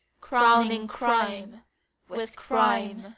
crowning crime with crime.